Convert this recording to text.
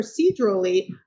procedurally